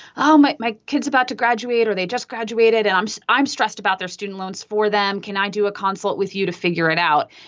oh, my my kid's about to graduate or they just graduated, and i'm so i'm stressed about their student loans for them. can i do a consult with you to figure it out?